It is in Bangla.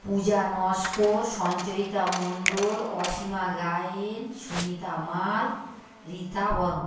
পূজা নস্কর সঞ্চয়িতা মণ্ডল অসীমা গায়েন সুনীতা মাল রীতা বর্মণ